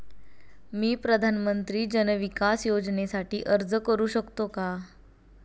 मी प्रधानमंत्री जन विकास योजनेसाठी अर्ज करू शकतो का?